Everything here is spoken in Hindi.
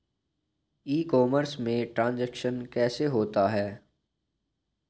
ई कॉमर्स में ट्रांजैक्शन कैसे होता है?